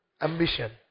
ambition